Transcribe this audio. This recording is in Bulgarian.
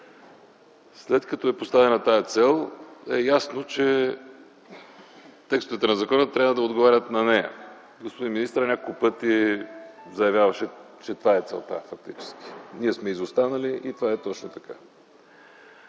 След като е поставена тази цел е ясно, че текстовете на закона трябва да отговарят на нея. Господин министърът няколко пъти заявяваше, че това е целта фактически - ние сме изостанали, и това е точно така.